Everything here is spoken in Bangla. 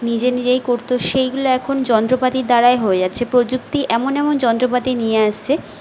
নিজে নিজেই করত সেইগুলো এখন যন্ত্রপাতির দ্বারাই হয়ে যাচ্ছে প্রযুক্তি এমন এমন যন্ত্রপাতি নিয়ে আসছে